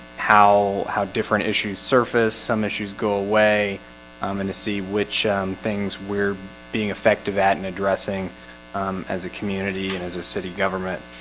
how how different issues surface some issues go away i'm going to see which things we're being effective at in addressing as a community and as a city government